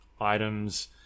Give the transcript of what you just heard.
items